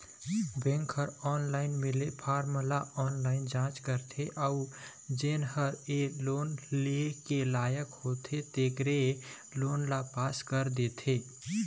bank ह online मिले form ल ऑनलाईन जाँच करथे अउ जेन ह ए लोन लेय के लइक होथे तेखर लोन ल पास कर देथे